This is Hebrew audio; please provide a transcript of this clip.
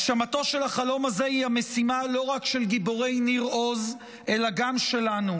הגשמתו של החלום הזה היא המשימה לא רק של גיבורי ניר עוז אלא גם שלנו.